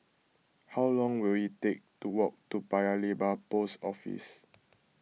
how long will it take to walk to Paya Lebar Post Office